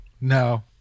No